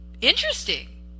interesting